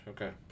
Okay